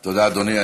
תודה, אדוני.